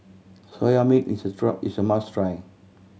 Soya Milk is a is a must try